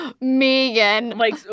Megan